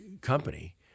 company